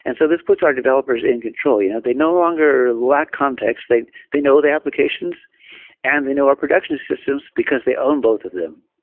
and so this puts our developers in control. you know they no longer lack context. they they know the applications and they know our production systems, because they own both of them.